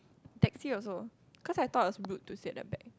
taxi also cause I thought it's rude to sit at the back